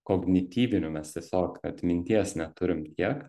kognityvinių mes tiesiog atminties neturim tiek